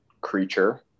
creature